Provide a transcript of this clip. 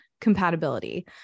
compatibility